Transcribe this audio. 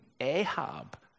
Ahab